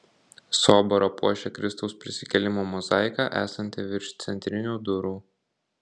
soborą puošia kristaus prisikėlimo mozaika esanti virš centrinių durų